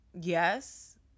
yes